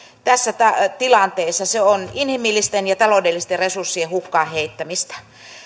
tässä tilanteessa se on inhimillisten ja taloudellisten resurssien hukkaan heittämistä